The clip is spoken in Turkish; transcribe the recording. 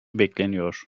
bekleniyor